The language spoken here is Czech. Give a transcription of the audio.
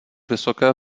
vysoké